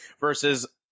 versus